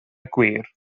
gwir